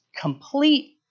complete